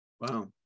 Wow